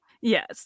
Yes